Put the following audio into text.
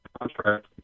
contract